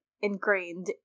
ingrained